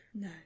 no